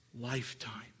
lifetime